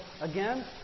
again